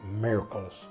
miracles